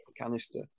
canister